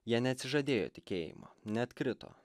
jie neatsižadėjo tikėjimo neatkrito